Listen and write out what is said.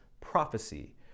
prophecy